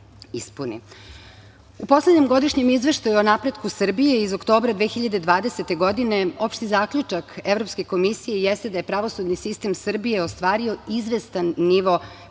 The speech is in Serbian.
poslednjem Godišnjem izveštaju o napretku Srbije iz oktobra 2020. godine, opšti zaključak Evropske komisije jeste da je pravosudni sistem Srbije ostvario izvestan nivo pripremljenosti. To